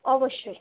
অবশ্যই